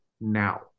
now